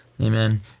Amen